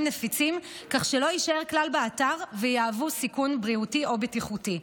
נפיצים כך שלא יישארו כלל באתר ויהוו סיכון בריאותי או בטיחותי.